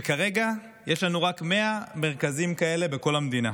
וכרגע יש לנו רק 100 מרכזים כאלה בכל המדינה,